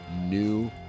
new